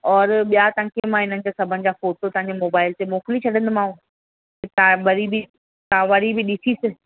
और ॿिया टंकी मां इन्हनि खे सभिनि जा फ़ोटो तव्हांखे मोबाइल ते मोकिली छॾींदोमांव तव्हां वरी बि तव्हां वरी बि ॾिसी